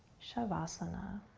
shavasana.